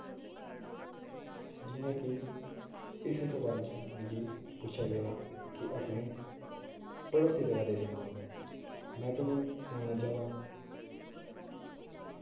जियां की इस सवाल च मिकी पुच्छेआ गेदा की अपने पड़ोसी दे बारे च सनाओ में तुसें सनाना चाह्नां